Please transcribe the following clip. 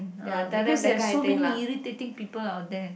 ah because there're so many irritating people out there